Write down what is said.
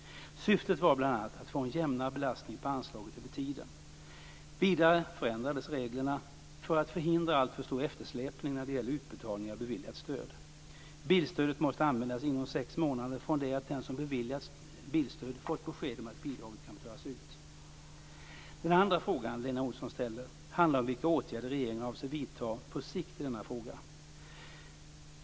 Syftet var bl.a. att få en jämnare belastning på anslaget över tiden. Vidare förändrades reglerna för att förhindra alltför stor eftersläpning när det gäller utbetalning av beviljat stöd. Bilstödet måste användas inom sex månader från det att den som beviljats bilstöd fått besked om att bidraget kan betalas ut. Den andra frågan, som Lena Olsson ställer, handlar om vilka åtgärder regeringen avser att vidta på sikt i denna fråga.